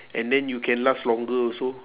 and then you can last longer also